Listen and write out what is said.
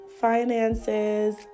finances